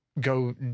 go